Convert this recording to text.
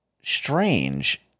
strange